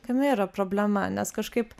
kame yra problema nes kažkaip